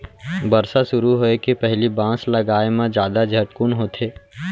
बरसा सुरू होए के पहिली बांस लगाए म जादा झटकुन होथे